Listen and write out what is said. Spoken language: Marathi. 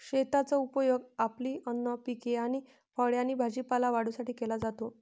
शेताचा उपयोग आपली अन्न पिके आणि फळे आणि भाजीपाला वाढवण्यासाठी केला जातो